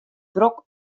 drok